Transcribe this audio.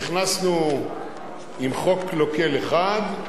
נכנסנו עם חוק קלוקל אחד,